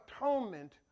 atonement